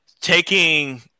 taking